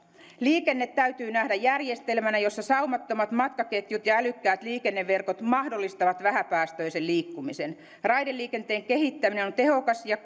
liikenne täytyy nähdä järjestelmänä jossa saumattomat matkaketjut ja älykkäät liikenneverkot mahdollistavat vähäpäästöisen liikkumisen raideliikenteen kehittäminen on tehokas ja